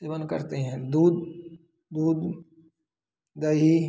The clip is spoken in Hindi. सेवन करते हैं दूध दूध दही